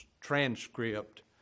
transcript